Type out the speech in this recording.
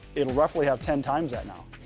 it'll roughly have ten times that now.